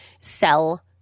sell